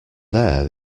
there